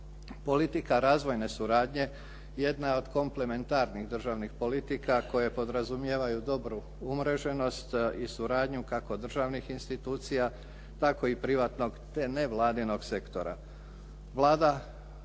Politika razvojne suradnje jedna je od komplementarnih državnih politika koje podrazumijevaju dobru umreženost i suradnju kako državnih institucija tako i privatnog te nevladinog sektora.